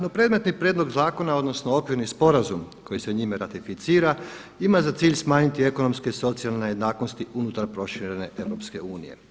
No, predmetni prijedlog zakona odnosno okvirni sporazum koji se njime ratificira ima za cilj smanjiti ekonomske, socijalne jednakosti unutra proširene EU.